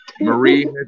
Marie